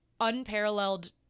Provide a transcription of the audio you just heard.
unparalleled